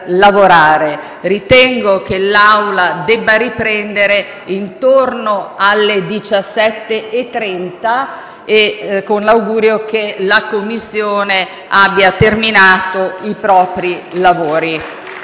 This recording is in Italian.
Ritengo che la seduta debba riprendere intorno alle ore 17,30, con l'augurio che la Commissione bilancio abbia terminato i propri lavori.